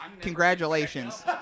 Congratulations